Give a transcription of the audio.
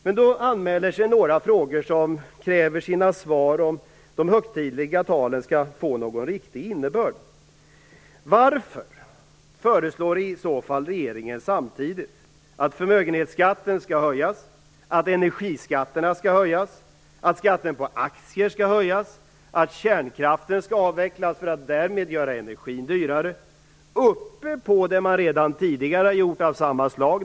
Men då anmäler sig några undringar som kräver sina svar, om de högtidliga talen skall få en riktig innebörd: Varför föreslår regeringen i så fall samtidigt att förmögenhetsskatten, energiskatterna och skatten på aktier skall höjas samt att kärnkraften skall avvecklas för att därmed göra energin dyrare - ovanpå vad man redan tidigare gjort och som är av samma slag?